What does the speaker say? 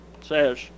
says